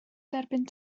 derbyn